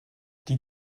die